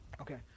Okay